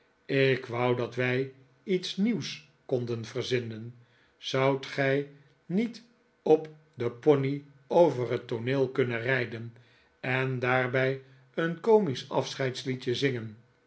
ik wou dat wij iets nieuws konden verzinnen zoudt gij niet op den pony over het tooneel kunnen rijden en daarbij een komisch afscheidsliedje zingen